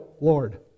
Lord